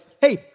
hey